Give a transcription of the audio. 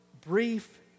brief